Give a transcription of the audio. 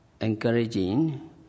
encouraging